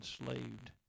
enslaved